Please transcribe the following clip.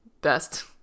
best